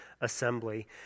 assembly